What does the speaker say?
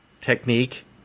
technique